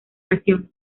nación